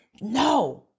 No